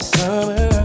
summer